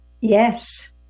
yes